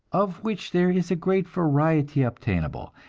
of which there is a great variety obtainable,